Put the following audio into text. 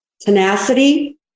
tenacity